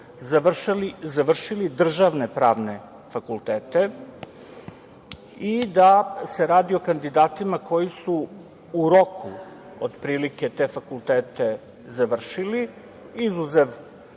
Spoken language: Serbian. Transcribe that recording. završili državne pravne fakultete i da se radi o kandidatima koji su u roku otprilike te fakultete završili, izuzev